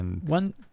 One